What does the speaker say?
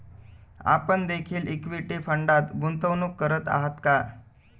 आपण देखील इक्विटी फंडात गुंतवणूक करत आहात का?